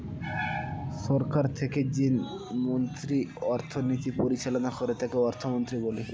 সরকার থেকে যে মন্ত্রী অর্থনীতি পরিচালনা করে তাকে অর্থমন্ত্রী বলে